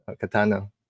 katana